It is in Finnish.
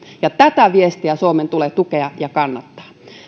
ja tätä viestiä suomen tulee tukea ja kannattaa